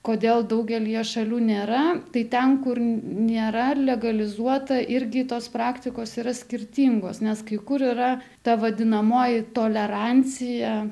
kodėl daugelyje šalių nėra tai ten kur nėra legalizuota irgi tos praktikos yra skirtingos nes kai kur yra ta vadinamoji tolerancija